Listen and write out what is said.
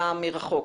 טלגרפית.